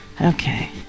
okay